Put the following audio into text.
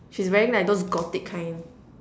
she's wearing like those gothic kind